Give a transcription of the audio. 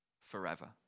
forever